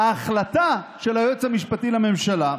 והיועץ המשפטי לממשלה,